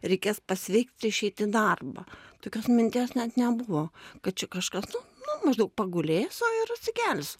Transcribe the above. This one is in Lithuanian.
reikės pasveikti išeit į darbą tokios minties net nebuvo kad čia kažkas nu nu maždaug pagulėsiu ir atsikelsiu